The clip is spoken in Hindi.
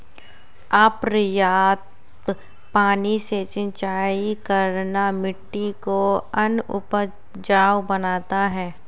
अपर्याप्त पानी से सिंचाई करना मिट्टी को अनउपजाऊ बनाता है